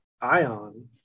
ion